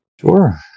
sure